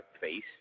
face